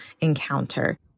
encounter